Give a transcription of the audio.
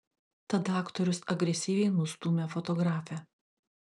tada aktorius agresyviai nustūmė fotografę